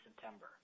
September